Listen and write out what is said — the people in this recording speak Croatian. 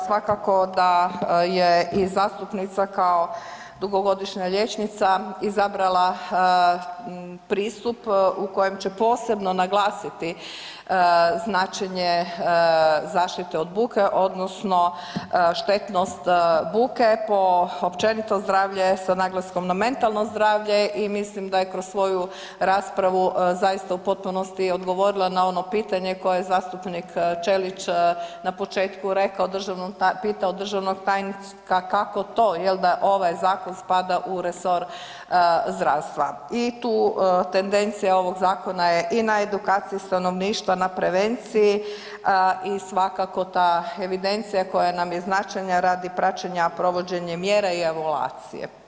Svakako da je i zastupnica kao dugogodišnja liječnica izabrala pristup u kojem će posebno naglasiti značenje zaštite od buke odnosno štetnost buke po općenito zdravlje sa naglaskom na mentalno zdravlje i mislim da je kroz svoju raspravu zaista u potpunosti odgovorila na ono pitanje koje zastupnik Ćelić na početku pitao državnog tajnika kako to da ovaj zakon spada u resor zdravstva i tu tendencija ovog zakona je i na edukaciji stanovništva i prevenciji i svakako ta evidencija koja nam je značajna radi provođenja mjera i evaluacije.